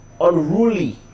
Unruly